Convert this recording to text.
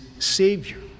Savior